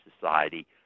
Society